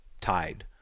tide